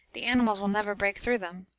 the animals will never break through them.